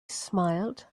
smiled